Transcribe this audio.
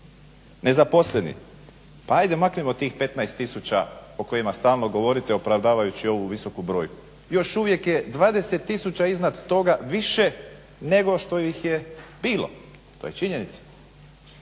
Nezaposleni, pa ajde maknimo tih 15 tisuća o kojima stalno govorite opravdavajući ovu visoku brojku. Još uvijek je 20 tisuća iznad toga više nego što ih je bilo. To je činjenica.